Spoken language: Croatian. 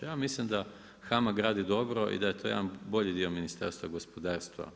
Ja mislim da HAMAG radi dobro i da je to jedan bolji dio Ministarstva gospodarstva.